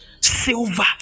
silver